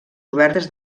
obertes